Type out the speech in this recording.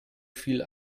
viel